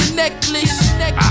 necklace